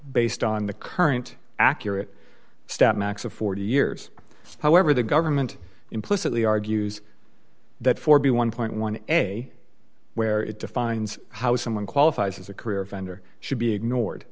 based on the current accurate stat max of forty years however the government implicitly argues that for b one point one day where it defines how someone qualifies as a career vendor should be ignored